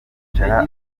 yicara